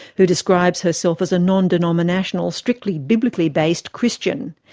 who describes herself as a non-denominational, strictly biblically based christian.